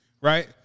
right